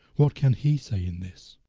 what can he say in this?